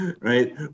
right